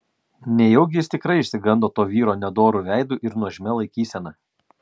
nejaugi jis tikrai išsigando to vyro nedoru veidu ir nuožmia laikysena